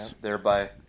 Thereby